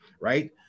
right